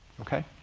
okay.